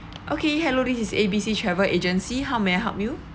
okay hello this is A B C travel agency how may I help you